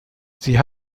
sie